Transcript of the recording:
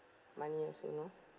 money also no